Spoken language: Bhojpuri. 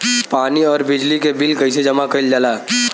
पानी और बिजली के बिल कइसे जमा कइल जाला?